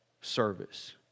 service